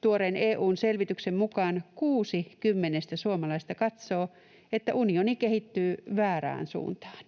Tuoreen EU:n selvityksen mukaan kuusi kymmenestä suomalaisesta katsoo, että unioni kehittyy väärään suuntaan.